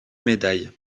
médaille